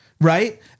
right